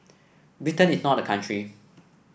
Britain is not a country